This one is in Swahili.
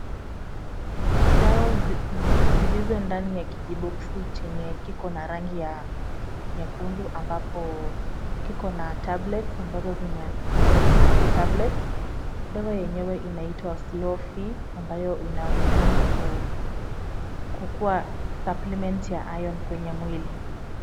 Dawa zilizo ndani ya kijiboksi chenye kiko na rangi ya nyekundu ambapo kiko na tablets ambazo ziko sixty tablets . Dawa yenyewe inaitwa Slow Fe ambayo inaonekana kukuwa supplement ya iron kwenye mwili.